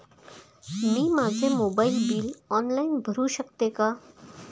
मी माझे mobile bill online भरू शकते का?